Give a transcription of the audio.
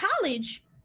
college